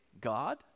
God